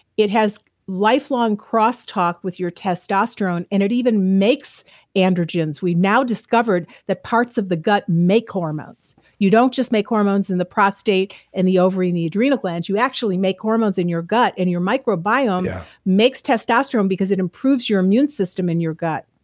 it has lifelong crosstalk with your testosterone and it even makes androgens. we now discovered that parts of the gut make hormones. you don't just make hormones in the prostate and the ovary and the adrenal glands you actually make hormones in your gut and your microbiome yeah makes testosterone because it improves your immune system in your gut.